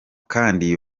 kandi